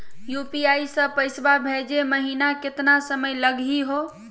UPI स पैसवा भेजै महिना केतना समय लगही हो?